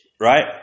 right